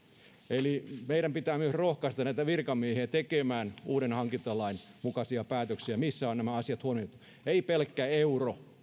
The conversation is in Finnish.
eli meidän pitää myös rohkaista näitä virkamiehiä tekemään uuden hankintalain mukaisia päätöksiä missä on nämä asiat huomioitu ei pelkkä euro